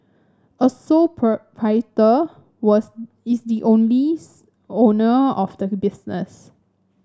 a sole proprietor was is the only owner of the business